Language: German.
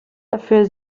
dafür